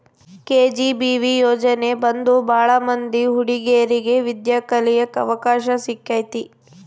KGBV ಯೋಜನೆ ಬಂದು ಭಾಳ ಮಂದಿ ಹುಡಿಗೇರಿಗೆ ವಿದ್ಯಾ ಕಳಿಯಕ್ ಅವಕಾಶ ಸಿಕ್ಕೈತಿ